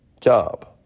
job